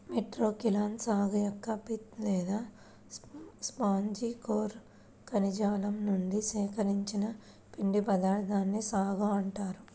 Metroxylon సాగు యొక్క pith లేదా స్పాంజి కోర్ కణజాలం నుండి సేకరించిన పిండి పదార్థాన్నే సాగో అంటారు